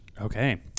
Okay